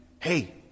hey